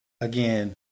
Again